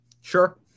Sure